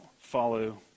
follow